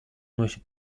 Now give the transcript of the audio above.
носит